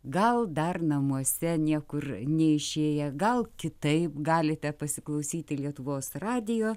gal dar namuose niekur neišėję gal kitaip galite pasiklausyti lietuvos radijo